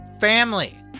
family